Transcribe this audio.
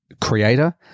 creator